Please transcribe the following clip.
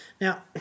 Now